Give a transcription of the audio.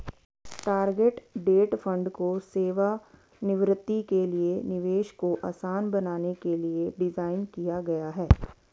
target date fund को सेवानिवृत्ति के लिए निवेश को आसान बनाने के लिए डिज़ाइन किया गया है